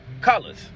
colors